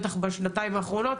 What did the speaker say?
בטח בשנתיים האחרונות,